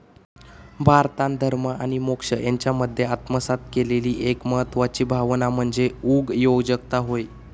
भारतान धर्म आणि मोक्ष यांच्यामध्ये आत्मसात केलेली एक महत्वाची भावना म्हणजे उगयोजकता होय